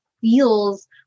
feels